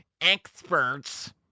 experts